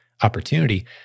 opportunity